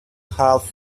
half